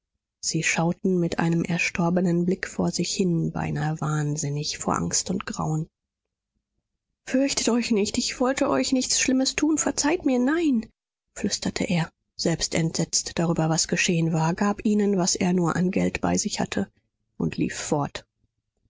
sie schauten mit einem erstorbenen blick vor sich hin beinahe wahnsinnig vor angst und grauen fürchtet euch nicht ich wollte euch nichts schlimmes tun verzeiht nein flüsterte er selbst entsetzt darüber was geschehen war gab ihnen was er nur an geld bei sich hatte und lief fort